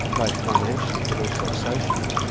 both financially but also socially. um